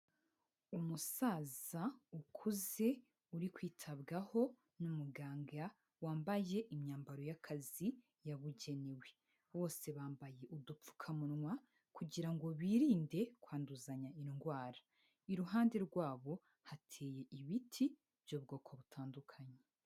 Umusaza ukuze, uri kwitabwaho n'umuganga wambaye imyambaro y'akazi yabugenewe. Bose bambaye udupfukamunwa kugira ngo birinde kwanduzanya indwara. Iruhande rwabo hateye ibiti by'ubwoko butandukanye.